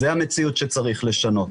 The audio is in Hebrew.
זו המציאות שצריך לשנות.